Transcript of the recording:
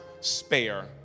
spare